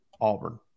Auburn